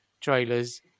trailers